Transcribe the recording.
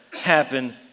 happen